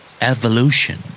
Evolution